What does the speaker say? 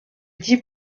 dix